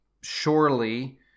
surely